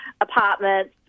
apartments